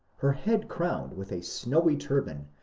her head crowned with a snowy turban,